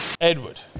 Edward